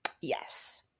Yes